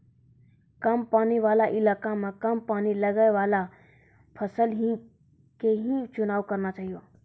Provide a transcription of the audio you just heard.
कम पानी वाला इलाका मॅ कम पानी लगैवाला फसल के हीं चुनाव करना चाहियो